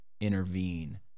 intervene